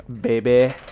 Baby